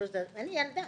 ואני ילדה,